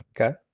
Okay